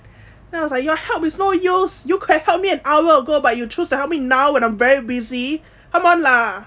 then I was like your help me no use you could have helped me an hour ago but you choose to help me now when I'm very busy come on lah